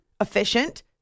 efficient